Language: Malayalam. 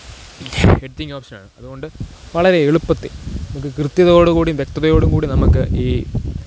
എഡിറ്റിംഗ് ഓപ്ഷനാണ് അതുകൊണ്ട് വളരെ എളുപ്പത്തില് നമുക്ക് കൃത്യതയോടു കൂടിയും വ്യക്തതയോടും കൂടെ നമുക്ക് ഈ